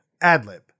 Ad-lib